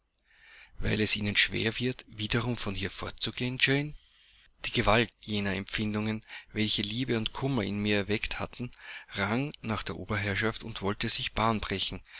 weil es ihnen schwer wird wiederum von hier fortzugehen jane die gewalt jener empfindungen welche liebe und kummer in mir erweckt hatten rang nach der oberherrschaft und wollte sich bahn brechen